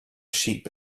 sheep